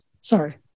sorry